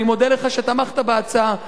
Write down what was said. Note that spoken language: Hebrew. ואני מודה לך על שתמכת בהצעה ביושר,